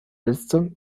letzte